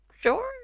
Sure